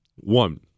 One